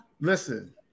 listen